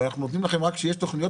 אבל אנחנו נותנים לכם רק שיש תוכניות